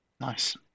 Nice